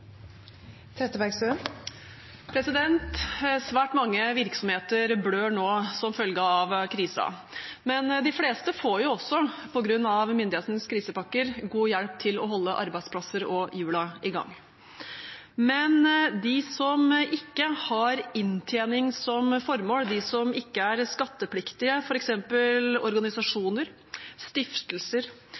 men de fleste får også, på grunn av myndighetenes krisepakker, god hjelp til å holde arbeidsplasser og hjulene i gang. Men de som ikke har inntjening som formål, de som ikke er skattepliktige, f.eks. organisasjoner, stiftelser,